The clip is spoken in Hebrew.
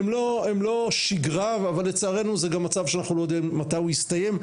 הם לא שגרה אבל לצערנו זה גם מצב שאנחנו לא יודעים מתי הוא יסתיים,